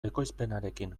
ekoizpenarekin